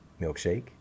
milkshake